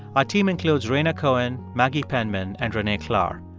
our team includes rhaina cohen, maggie penman and renee klahr.